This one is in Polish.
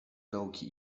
dołki